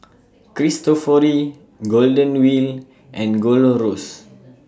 Cristofori Golden Wheel and Golor Roast